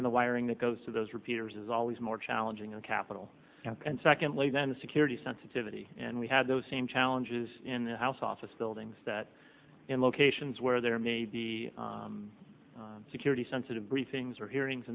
and the wiring that goes to those repeaters is always more challenging on capital and secondly then the security sensitivity and we had those same challenges in the house office buildings that in locations where there may be security sensitive briefings or hearings